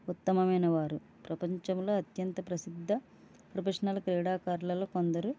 ఉత్తమమైన వారు ప్రపంచంలో అత్యంత ప్రసిద్ధ ప్రొఫెషనల్ క్రీడాకారులలో కొందరు